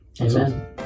Amen